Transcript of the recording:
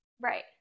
Right